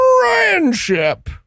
friendship